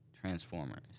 Transformers